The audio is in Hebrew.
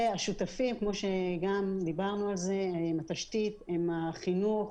השותפים, דיברנו על זה, עם התשתית, עם החינוך,